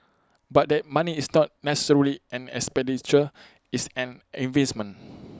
but that money is not necessarily an expenditure it's an investment